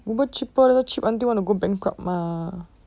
uber cheaper later cheap until want to go bankrupt mah